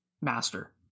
master